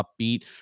upbeat